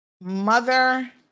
mother